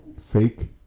Fake